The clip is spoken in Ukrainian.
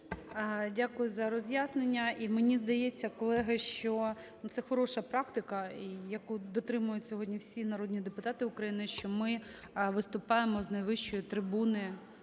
Дякую за роз'яснення. І мені здається, колеги, що, ну, це хороша практика, яку дотримують сьогодні всі народні депутати України, що ми виступаємо з найвищої трибуни